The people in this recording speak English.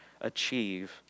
achieve